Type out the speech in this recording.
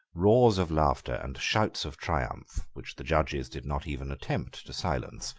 roars of laughter and shouts of triumph, which the judges did not even attempt to silence,